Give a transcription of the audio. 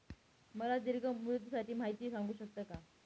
मला दीर्घ मुदतीसाठी माहिती सांगू शकता का?